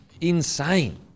Insane